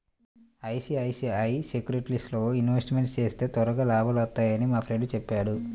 ICICI సెక్యూరిటీస్లో investment చేస్తే త్వరగా లాభాలొత్తన్నయ్యని మా ఫ్రెండు చెప్పాడు